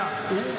מה זה המושג הזה?